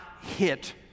hit